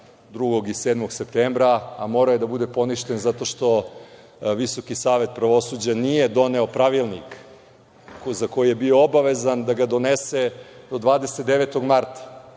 2. i 7. septembra, a morao je da bude poništen zato što Visoki savet pravosuđa nije doneo pravilnik za koji je bio obavezan da ga donese do 29. marta.